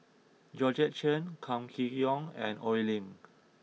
Georgette Chen Kam Kee Yong and Oi Lin